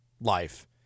life